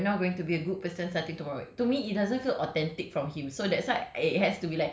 I could have said okay you're now going to be a good person starting tomorrow to me it doesn't feel authentic from him